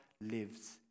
lives